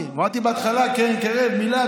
קרן קרב, כן?